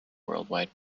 worldwide